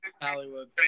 Hollywood